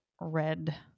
red